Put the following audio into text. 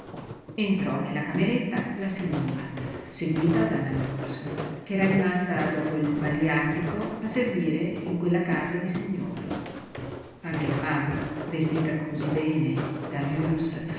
entrò nella cameretta la signora seguita dalla nurse ch'era rimasta dopo il baliatico a servire in quella casa di signori anche la mamma vestita cosí bene da nurse